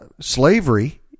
Slavery